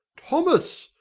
thomas!